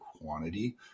quantity